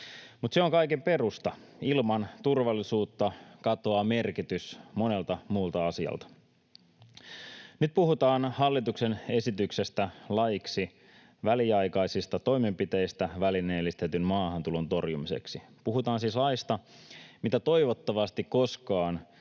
mutta se on kaiken perusta. Ilman turvallisuutta katoaa merkitys monelta muulta asialta. Nyt puhutaan hallituksen esityksestä laiksi väliaikaisista toimenpiteistä välineellistetyn maahantulon torjumiseksi. Puhutaan siis laista, mitä toivottavasti koskaan